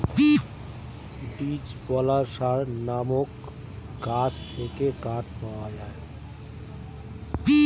beech, balsa নামক গাছ থেকে কাঠ পাওয়া যায়